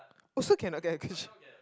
also cannot get the question